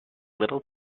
little